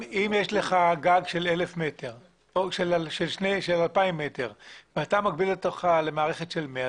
אם יש לך גג של 2,000 מטר ואתה מגביל למערכת של 100,